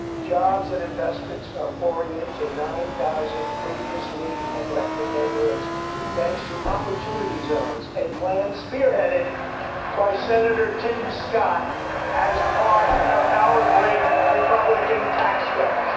jobs and investments are pouring into nine thousand previously neglected neighborhoods thanks to opportunity zones, a plan spearheaded by senator tim scott as part of our great republican tax cuts.